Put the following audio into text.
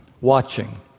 watching